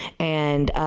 and,